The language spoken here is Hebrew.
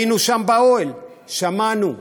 היינו שם באוהל, שמענו.